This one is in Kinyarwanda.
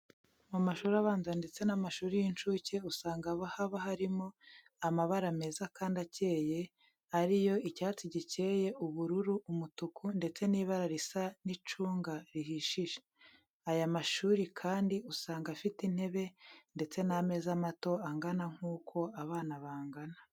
Mu mashuri abanza ndetse n'amashuri y'incuke usanga haba harimo amabara meza kandi akeye ari yo icyatsi gikeye, ubururu, umutuku, ndetse n'ibara risa n'icunga rihishije. Aya mashuri kandi usanga afite intebe, ndetse n'ameza mato angana nk'uko abana bangana.